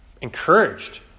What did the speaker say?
encouraged